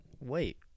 Wait